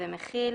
ומחיל